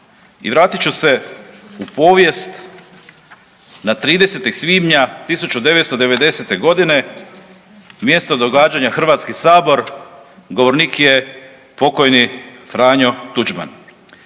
I vratit ću se u povijest na 30. svibnja 1990.g., mjesto događanja HS, govornik je pok. Franjo Tuđman.